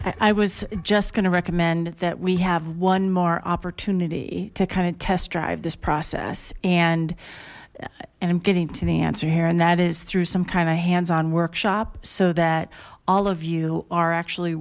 wanna i was just going to recommend that we have one more opportunity to kind of test drive this process and and i'm getting to the answer here and that is through some kind of hands on workshop so that all of you are actually